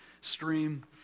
stream